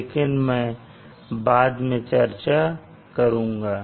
लेकिन मैं बाद में चर्चा करुंगा